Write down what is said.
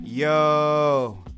Yo